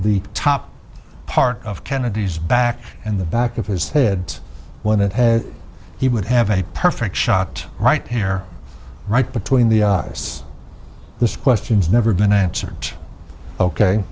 the top part of kennedy's back and the back of his head when it has he would have a perfect shot right here right between the eyes this question has never been answered ok